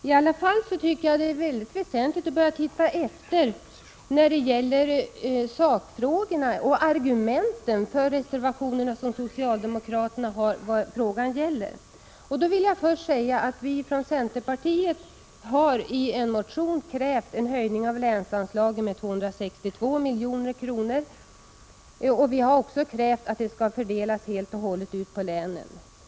I alla händelser är det väsentligt att man på de punkter där socialdemokraterna avgivit reservationer ser efter vilka deras argument är i sakfrågorna. Låt mig först säga att vi från centerpartiet i en motion har krävt en höjning av länsanslaget med 262 milj.kr. Vi har också krävt att detta i sin helhet skall fördelas på länen.